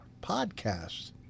Podcasts